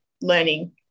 learning